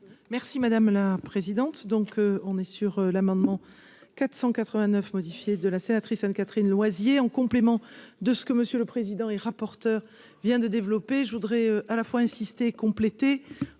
Merci madame la présidente, donc on est sur l'amendement 489 modifié de la sénatrice Anne-Catherine Loisier en complément de ce que monsieur le président et rapporteur vient de développer je voudrais à la fois insisté compléter